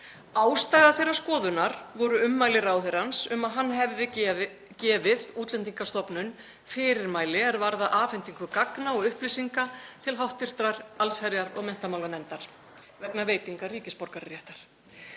Ástæða þeirrar skoðunar voru ummæli ráðherrans um að hann hefði gefið Útlendingastofnun fyrirmæli er varða afhendingu gagna og upplýsinga til hv. allsherjar- og menntamálanefndar vegna veitingar ríkisborgararéttar,